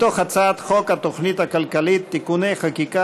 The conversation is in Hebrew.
מתוך הצעת חוק התוכנית הכלכלית (תיקוני חקיקה